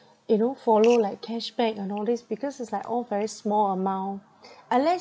you know follow like cashback and all these because it's like all very small amount unless